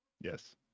yes